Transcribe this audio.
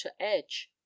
edge